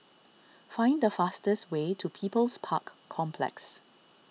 find the fastest way to People's Park Complex